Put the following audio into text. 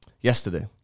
yesterday